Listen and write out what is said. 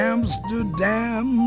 Amsterdam